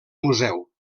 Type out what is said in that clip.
museu